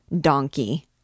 Donkey—